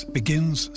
begins